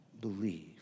believe